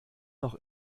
noch